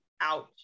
ouch